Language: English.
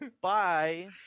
Bye